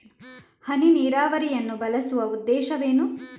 ಹನಿ ನೀರಾವರಿಯನ್ನು ಬಳಸುವ ಉದ್ದೇಶವೇನು?